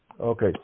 Okay